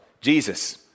Jesus